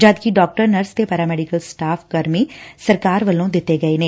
ਜਦਕਿ doctor nurse ਤੇ paramedical ਕਰਮੀ ਸਰਕਾਰ ਵੱਲੋਂ ਦਿੱਤੇ ਗਏ ਨੇ